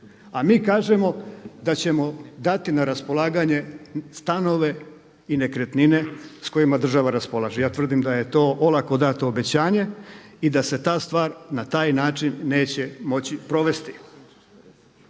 a mi kažemo da ćemo dati na raspolaganje stanove i nekretnine s kojima država raspolaže. Ja tvrdim da je to olako dato obećanje i da se ta stvar na taj način neće moći provesti.